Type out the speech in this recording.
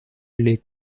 les